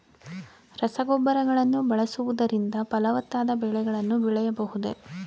ರಸಗೊಬ್ಬರಗಳನ್ನು ಬಳಸುವುದರಿಂದ ಫಲವತ್ತಾದ ಬೆಳೆಗಳನ್ನು ಬೆಳೆಯಬಹುದೇ?